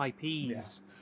IPs